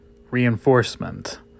reinforcement